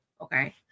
Okay